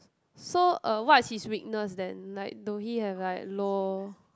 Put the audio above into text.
so uh what's his weakness then like do he have like low